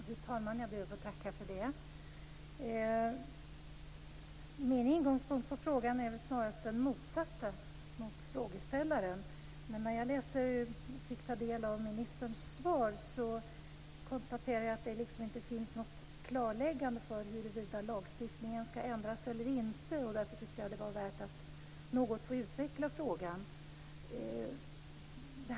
Fru talman! Min infallsvinkel i frågan är snarast den motsatta mot interpellantens. När jag fick ta del av ministerns svar konstaterade jag att det inte finns något klarläggande om huruvida lagstiftningen skall ändras eller inte. Därför tyckte jag att det var värt att utveckla frågan något.